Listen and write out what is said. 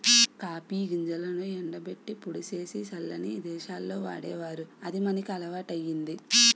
copy గింజలను ఎండబెట్టి పొడి సేసి సల్లని దేశాల్లో వాడేవారు అది మనకి అలవాటయ్యింది